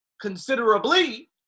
Considerably